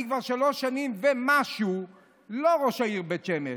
אני כבר שלוש שנים ומשהו לא ראש העיר בית שמש,